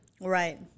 Right